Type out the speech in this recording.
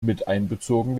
miteinbezogen